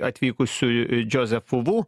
atvykusiu džozefu vu